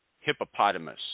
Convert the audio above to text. hippopotamus